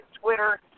Twitter